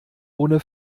ohne